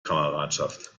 kameradschaft